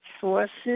sources